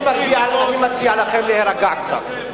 אני מציע לכם להירגע קצת.